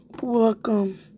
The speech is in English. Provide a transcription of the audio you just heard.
welcome